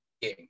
game